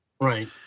right